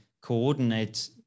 coordinate